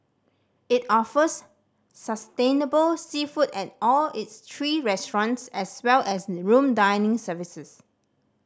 it offers sustainable seafood at all its three restaurants as well as the room dining services